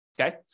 okay